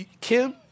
Kim